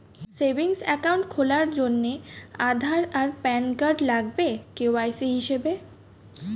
savings account খোলার জন্যে আধার আর প্যান কার্ড লাগবে কে.ওয়াই.সি হিসেবে